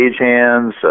stagehands